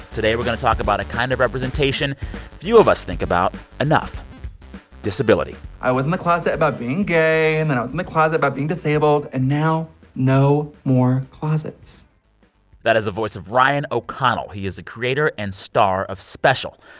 today, we're going to talk about a kind of representation few of us think about enough disability i was in the closet about being gay. and then i was in the closet about being disabled. and now no more closets that is the voice of ryan o'connell. he is the creator and star of special,